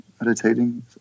meditating